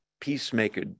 peacemaker